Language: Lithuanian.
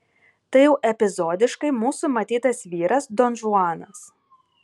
tai jau epizodiškai mūsų matytas vyras donžuanas